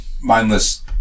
mindless